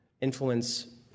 influence